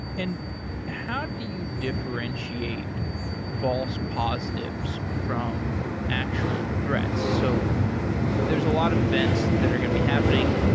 and how do you differentiate false positives from actual threats? so there's a lot of events that are going be happening.